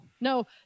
no